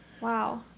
Wow